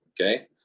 Okay